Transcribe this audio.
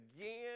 again